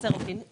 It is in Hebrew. כחצר או גינה",